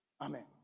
Amen